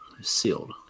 Sealed